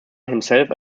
himself